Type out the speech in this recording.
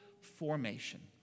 formation